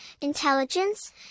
intelligence